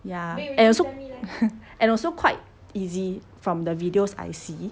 ya and also and also quite easy from the videos I see